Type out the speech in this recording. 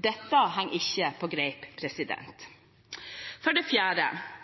Dette henger ikke på greip. For det fjerde